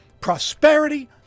prosperity